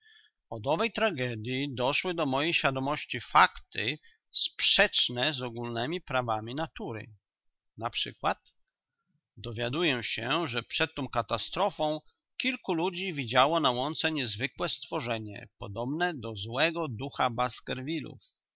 tragedyi doszły do mojej świadomości fakty sprzeczne z ogólnemi prawami natury naprzykład dowiaduję się że przed tą katastrofą kilku ludzi widziało na łące niezwykłe stworzenie podobne do złego ducha